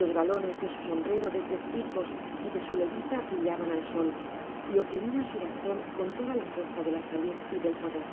los galones de su sombrero de tres picos y de su levita brillaban al sol y oprimia su baston con toda la fuerza de la salud y del poder